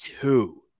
two